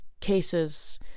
cases